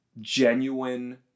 genuine